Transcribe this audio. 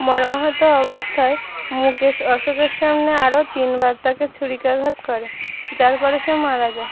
মর্মাহত অবস্থায় মুকেশ অশোকের সামনে আরও তিনবার তাকে ছুরিকাঘাত করে যার পরে সে মারা যায়